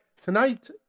Tonight